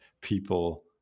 people